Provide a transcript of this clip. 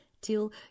till